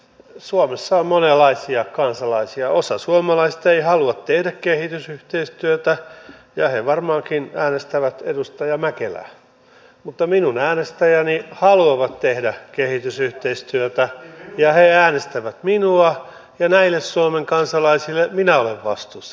työperäinen maahanmuuttajahan ei tarvitse turvapaikkaa hän ei tarvitse perheenyhdistämissopimusta eikä kotouttamisohjelmaa vaan hän tulee aidosti samoille työmarkkinoille niin kuin allekirjoittanutkin jos töitä hakee samoiten voi olla jonkin muun euroopan valtion tai afrikan valtion kansalainen